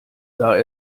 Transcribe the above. sah